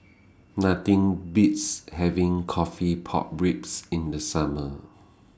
Nothing Beats having Coffee Pork Ribs in The Summer